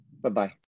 Bye-bye